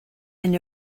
and